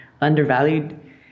undervalued